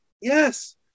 Yes